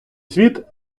світ